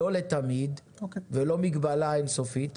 לא לתמיד ולא מגבלה אין-סופית,